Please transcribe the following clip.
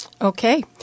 Okay